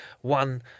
One